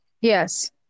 Yes